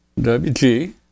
WG